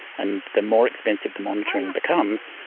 and the more expensive the monitoring becomes,